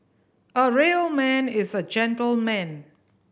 a real man is a gentleman